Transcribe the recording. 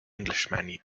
englishman